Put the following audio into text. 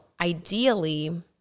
ideally